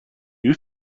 you